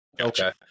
Okay